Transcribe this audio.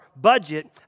budget